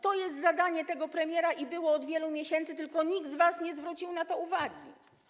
To jest zadanie tego premiera, i takie było ono od wielu miesięcy, tylko nikt z was nie zwrócił na to uwagi.